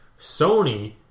Sony